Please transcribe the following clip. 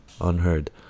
unheard